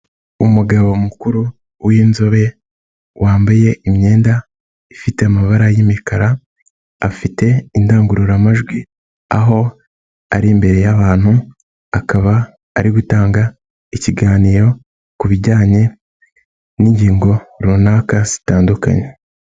Umugaboba mukuru w'inzobe wambaye imyenda ifite amabara y'imikara afite indangururamajwi, aho ari imbere y'abantu akaba ari gutanga ikiganiro ku bijyanye n'ingingo runaka zitandukanye.